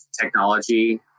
technology